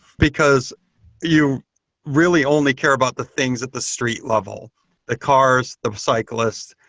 because you really only care about the things at the street-level the cars, the cyclists,